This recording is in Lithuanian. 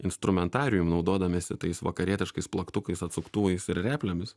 instrumentarijum naudodamiesi tais vakarietiškais plaktukais atsuktuvais ir replėmis